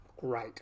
great